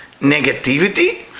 negativity